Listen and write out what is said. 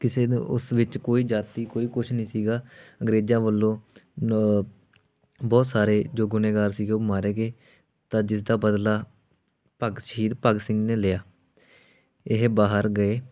ਕਿਸੇ ਨੂੰ ਉਸ ਵਿੱਚ ਕੋਈ ਜਾਤੀ ਕੋਈ ਕੁਛ ਨਹੀਂ ਸੀਗਾ ਅੰਗਰੇਜ਼ਾਂ ਵੱਲੋਂ ਨ ਬਹੁਤ ਸਾਰੇ ਜੋ ਗੁਨਾਹਗਾਰ ਸੀਗੇ ਉਹ ਮਾਰੇ ਗਏ ਤਾਂ ਜਿਸ ਦਾ ਬਦਲਾ ਭਗਤ ਸ਼ਹੀਦ ਭਗਤ ਸਿੰਘ ਨੇ ਲਿਆ ਇਹ ਬਾਹਰ ਗਏ